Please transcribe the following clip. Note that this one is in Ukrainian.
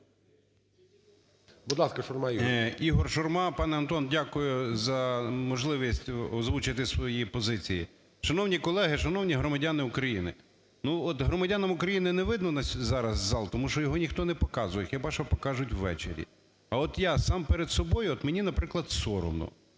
Ігор Шурма. Пане Антон, дякую за можливість озвучити свої позиції. Шановні колеги, шановні громадяни України, ну, от громадянам України не видно зараз зал, тому що його ніхто не показує, хіба що покажуть ввечері. А от я сам перед собою, от мені, наприклад, соромно,